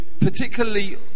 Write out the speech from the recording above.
particularly